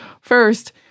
First